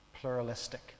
pluralistic